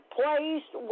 placed